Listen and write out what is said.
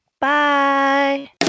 Bye